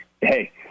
Hey